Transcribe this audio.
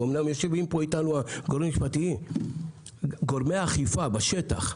השלישית, גורמי האכיפה בשטח.